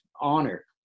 honor